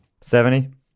Seventy